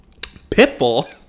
Pitbull